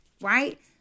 Right